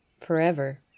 forever